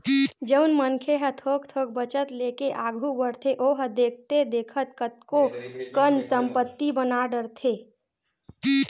जउन मनखे ह थोक थोक बचत लेके आघू बड़थे ओहा देखथे देखत कतको कन संपत्ति बना डरथे